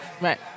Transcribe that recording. Right